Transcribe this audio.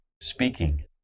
speaking